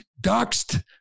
doxed